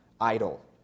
idle